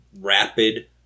rapid